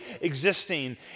existing